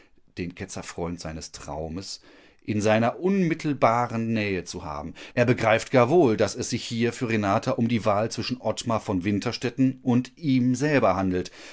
den ketzerfreund seines traumes in seiner unmittelbaren nähe zu haben er begreift gar wohl daß es sich hier für renata um die wahl zwischen ottmar von winterstetten und ihm selber handelt